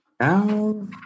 Now